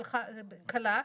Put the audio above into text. קלה,